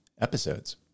episodes